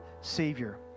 savior